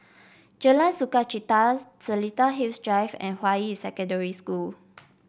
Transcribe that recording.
Jalan Sukachita Seletar Hills Drive and Hua Yi Secondary School